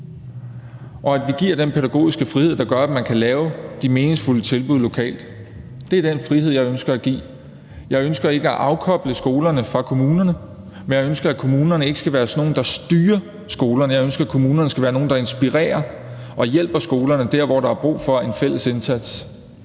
og at vi giver den pædagogiske frihed, der gør, at man kan lave de meningsfulde tilbud lokalt. Det er den frihed, jeg ønsker at give. Jeg ønsker ikke at afkoble skolerne fra kommunerne, men jeg ønsker, at kommunerne ikke skal være sådan nogle, der styrer skolerne. Jeg ønsker, at kommunerne skal være nogle, der inspirerer og hjælper skolerne der, hvor der er brug for en fælles indsats.